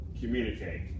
communicate